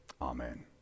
amen